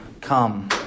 come